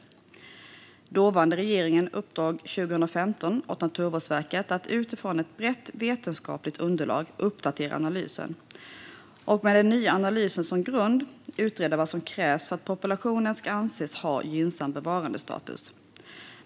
Den dåvarande regeringen uppdrog 2015 åt Naturvårdsverket att utifrån ett brett vetenskapligt underlag uppdatera analysen och, med den nya analysen som grund, utreda vad som krävs för att populationen ska anses ha gynnsam bevarandestatus.